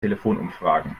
telefonumfragen